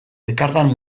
ekardan